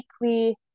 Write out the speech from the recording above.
weekly